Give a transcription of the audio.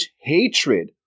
hatred